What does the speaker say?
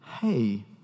hey